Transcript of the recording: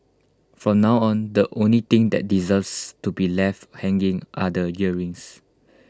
from now on the only thing that deserves to be left hanging are the earrings